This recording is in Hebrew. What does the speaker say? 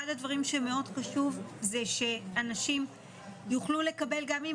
אחד הדברים שמאוד חשוב זה שאנשים יוכלו לקבל גם אם